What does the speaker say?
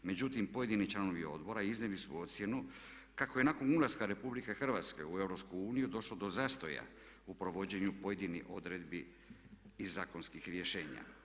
Međutim, pojedini članovi Odbora iznijeli su ocjenu kako je nakon ulaska Republike Hrvatske u EU došlo do zastoja u provođenju pojedinih odredbi i zakonskih rješenja.